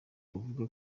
kuvuga